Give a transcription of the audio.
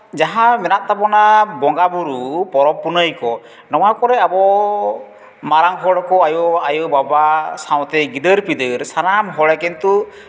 ᱡᱟᱦᱟᱸ ᱢᱮᱱᱟᱜ ᱛᱟᱵᱚᱱᱟ ᱵᱚᱸᱜᱟᱼᱵᱩᱨᱩ ᱯᱚᱨᱚᱵᱽ ᱯᱩᱱᱟᱹᱭ ᱠᱚ ᱱᱚᱣᱟ ᱠᱚᱨᱮᱜ ᱟᱵᱚ ᱢᱟᱲᱟᱝ ᱦᱚᱲ ᱠᱚ ᱟᱭᱳᱼᱵᱟᱵᱟ ᱥᱟᱶᱛᱮ ᱜᱤᱫᱟᱹᱨᱼᱯᱤᱫᱟᱹᱨ ᱥᱟᱱᱟᱢ ᱦᱚᱲᱜᱮ ᱠᱤᱱᱛᱩ